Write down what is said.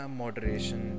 moderation